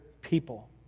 people